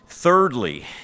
Thirdly